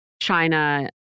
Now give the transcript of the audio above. China